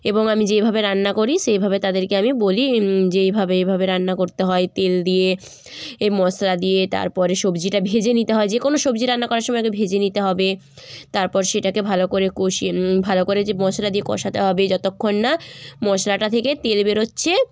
এবং আমি যেভাবে রান্না করি সেভাবে তাদেরকে আমি বলি যে এভাবে এভাবে রান্না করতে হয় তেল দিয়ে এ মশলা দিয়ে তারপরে সবজিটা ভেজে নিতে হয় যে কোনো সবজি রান্না করার সময় আগে ভেজে নিতে হবে তারপর সেটাকে ভালো করে কষিয়ে ভালো করে যে মশলা দিয়ে কষাতে হবে যতক্ষণ না মশলাটা থেকে তেল বেরোচ্ছে